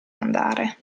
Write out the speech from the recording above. andare